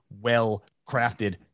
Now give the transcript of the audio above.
Well-crafted